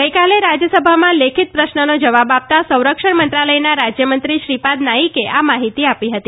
ગઇકાલે રાજ્યસભામાં લેખિત પ્રશ્નનો જવાબ આપ્તતા સંરક્ષણ મંત્રાલયનાં રાજ્યમંત્રી શ્રી ાદ નાઇકે આ માહિતી આ ી હતી